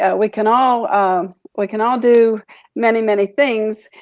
ah we can all like can all do many, many things.